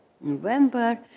November